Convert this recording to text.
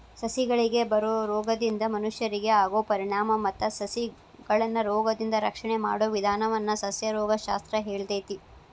ಸಸಿಗಳಿಗೆ ಬರೋ ರೋಗದಿಂದ ಮನಷ್ಯರಿಗೆ ಆಗೋ ಪರಿಣಾಮ ಮತ್ತ ಸಸಿಗಳನ್ನರೋಗದಿಂದ ರಕ್ಷಣೆ ಮಾಡೋ ವಿದಾನವನ್ನ ಸಸ್ಯರೋಗ ಶಾಸ್ತ್ರ ಹೇಳ್ತೇತಿ